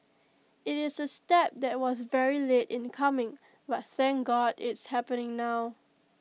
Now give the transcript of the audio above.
IT is A step that was very late in coming but thank God it's happening now